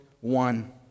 one